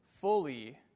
fully